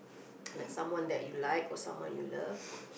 like someone that you like or someone you love